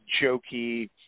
jokey